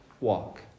walk